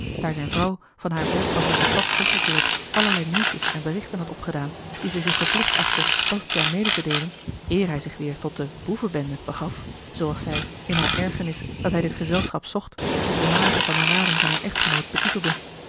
daar zijne vrouw van hare boodschappen in de stad teruggekeerd allerlei nieuwtjes en berichten had opgedaan die zij zich verplicht achtte bastiaan mede te deelen eer hij zich weêr tot de boevenbende begaf zooals zij in hare ergernis dat hij dit gezelschap zocht de voormalige kameraden van haar echtgenoot betitelde